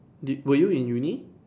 did were you in Uni